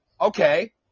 Okay